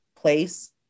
place